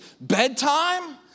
Bedtime